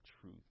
truth